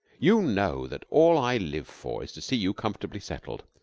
you know that all i live for is to see you comfortably settled.